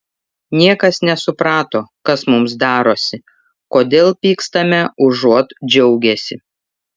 niekas nesuprato kas mums darosi kodėl pykstame užuot džiaugęsi